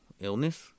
illness